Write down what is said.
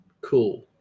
Cool